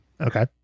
Okay